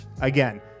Again